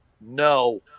No